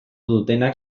dutenak